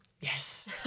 Yes